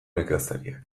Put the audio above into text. nekazariak